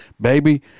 Baby